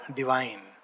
divine